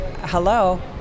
hello